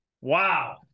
Wow